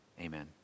Amen